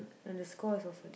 and the score is also